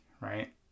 right